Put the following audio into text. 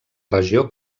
regió